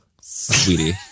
sweetie